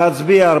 להצביע.